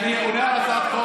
אני לא יושבת.